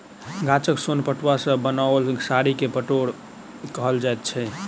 गाछक सोन पटुआ सॅ बनाओल साड़ी के पटोर कहल जाइत छै